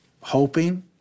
hoping